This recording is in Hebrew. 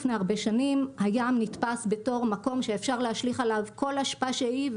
לפני הרבה שנים הים נתפס בתור מקום שאפשר להשליך עליו כל אשפה שהיא.